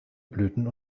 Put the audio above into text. blüten